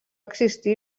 existir